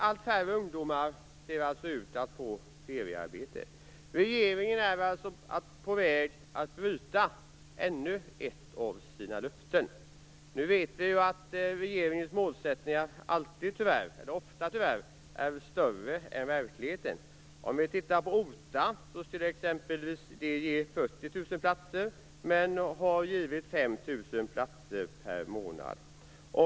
Allt färre ungdomar ser alltså ut att få feriearbete. Regeringen är alltså på väg att bryta ännu ett av sina löften. Nu vet vi att regeringens målsättningar ofta tyvärr sträcker sig längre än som är möjligt i verkligheten. OTA t.ex. skulle ge 40 000 platser, men har givit 5 000 platser per månad.